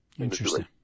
Interesting